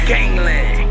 Gangland